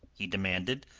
he demanded,